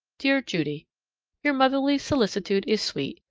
dear judy your motherly solicitude is sweet,